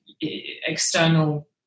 external